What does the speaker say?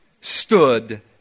stood